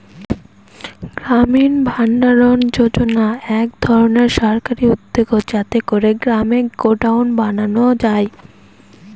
গ্রামীণ ভাণ্ডারণ যোজনা এক ধরনের সরকারি উদ্যোগ যাতে করে গ্রামে গডাউন বানানো যায়